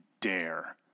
dare